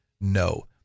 No